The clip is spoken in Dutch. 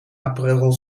aprerol